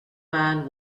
man